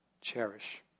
cherish